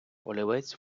олівець